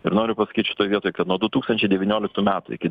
ir noriu pasakyt šitoj vietoj kad nuo du tūkstančiai devynioliktų iki